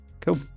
Cool